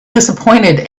disappointed